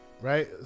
right